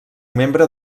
membre